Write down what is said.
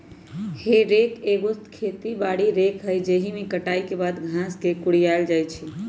हे रेक एगो खेती बारी रेक हइ जाहिमे कटाई के बाद घास के कुरियायल जाइ छइ